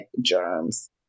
germs